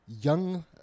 young